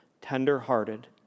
tender-hearted